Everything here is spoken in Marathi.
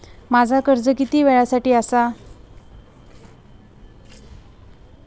माझा कर्ज किती वेळासाठी हा?